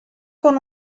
con